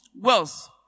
wealth